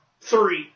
three